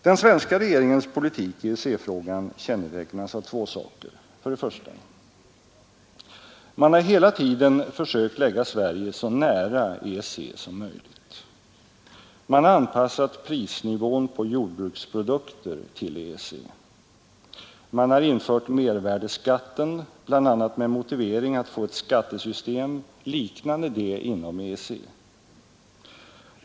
Den svenska regeringens politik i EEC-frågan kännetecknas av två saker. För det första har man hela tiden försökt lägga Sverige så nära EEC som möjligt. Man har anpassat prisnivån på jordbruksprodukter till EEC. Man har infört mervärdeskatten bl.a. med motivering att få ett skattesystem liknande det inom EEC.